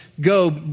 go